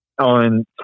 on